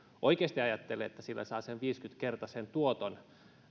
oikeasti ajattelee että sillä saa sen viisikymmentäkertaisen tuoton